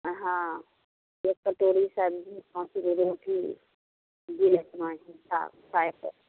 हँ एक कटोरी सब्जी पाँच गो रोटी जे लेब अपना हिसाब खाए कऽ